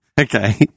Okay